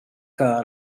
que